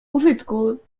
użytku